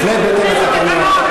בהחלט בהתאם לתקנון.